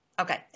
Okay